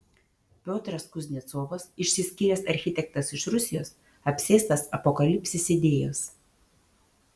piotras kuznecovas išsiskyręs architektas iš rusijos apsėstas apokalipsės idėjos